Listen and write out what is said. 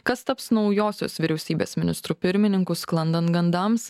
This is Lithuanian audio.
kas taps naujosios vyriausybės ministru pirmininku sklandant gandams